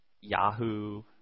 Yahoo